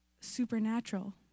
supernatural